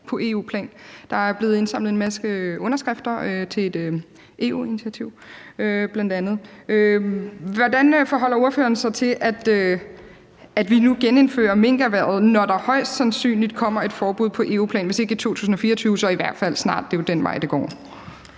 på EU-plan. Der er bl.a. blevet indsamlet en masse underskrifter til et EU-initiativ. Hvordan forholder ordføreren sig til, at vi nu genindfører minkerhvervet, når der højst sandsynligt kommer et forbud på EU-plan, hvis ikke i 2024, så i hvert fald snart? Det er jo den vej, det går.